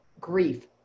grief